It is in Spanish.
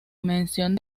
mención